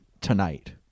tonight